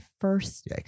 first